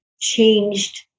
changed